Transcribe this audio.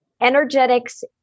energetics